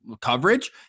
Coverage